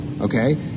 okay